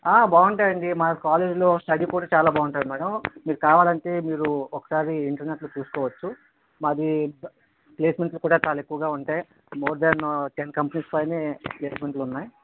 ఆ బాగుంటాయండి మా కాలేజీలో స్టడీ కూడా చాలా బాగుంటుంది మ్యాడం మీరు కావాలంటే మీరు ఒకసారి ఇంటర్నెట్లో చూసుకోవచ్చు మాది ప్లేస్మెంట్స్కి కూడా చాలా ఎక్కువగా ఉంటాయి మోర్ దేన్ టెన్ కంపెనీస్ పైనే ప్లేసెమెంట్లున్నాయి